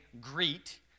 greet